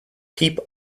peep